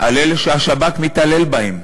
על אלה שהשב"כ מתעלל בהם,